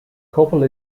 couple